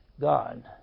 God